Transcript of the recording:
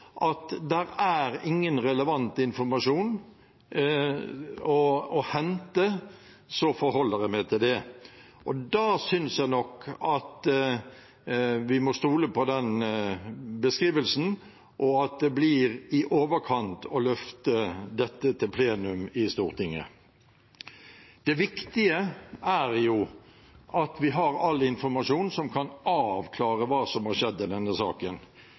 at det er ingen relevant informasjon å hente, så forholder jeg meg til det. Da synes jeg nok at vi må stole på den beskrivelsen, og at det blir i overkant å løfte dette til plenum i Stortinget. Det viktige er jo at vi har all informasjon som kan avklare hva som har skjedd i denne saken.